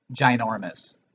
ginormous